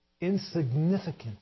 insignificant